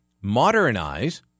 modernize